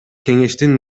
кеңештин